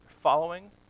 following